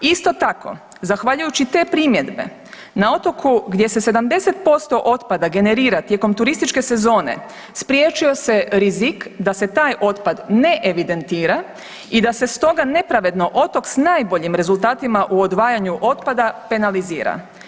Isto tako, zahvaljujući te primjedbe, na otoku gdje se 70% otpada generira tijekom turističke sezone, spriječio se rizik da se taj otpad ne evidentira i da se stoga nepravedno otok s najboljim rezultatima u odvajanju otpada penalizira.